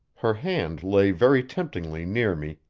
her hand lay very temptingly near me,